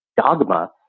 dogma